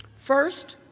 first,